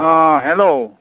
অঁ হেল্ল'